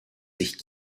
sich